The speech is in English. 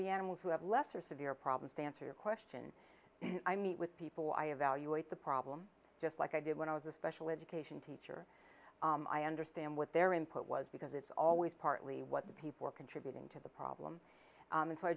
the animals who have lesser severe problems they answer your question i meet with people i evaluate the problem just like i did when i was a special education teacher i understand what their input was because it's always partly what people are contributing to the problem and so i